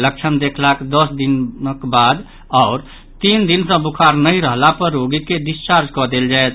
लक्षण देखलाक दस दिनक बाद आओर तीन दिन सँ बुखार नहि रहला पर रोगी के डिस्चार्ज कऽ देल जायत